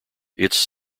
its